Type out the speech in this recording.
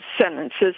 sentences